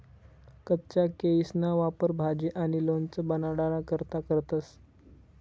कच्चा केयीसना वापर भाजी आणि लोणचं बनाडाना करता करतंस